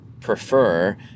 prefer